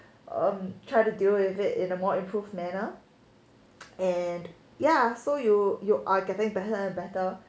um try to deal with it in a more improved manner and ya you are getting better and better